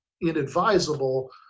inadvisable